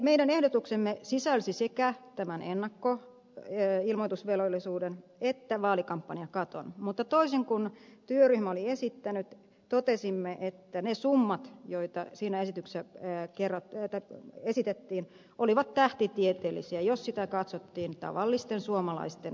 meidän ehdotuksemme sisälsi sekä tämän ennakkoilmoitusvelvollisuuden että vaalikampanjakaton mutta toisin kuin työryhmä oli esittänyt totesimme että ne summat joita siinä esitettiin olivat tähtitieteellisiä jos sitä katsottiin tavallisten suomalaisten näkökulmasta